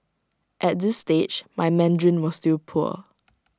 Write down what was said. at this stage my Mandarin was still poor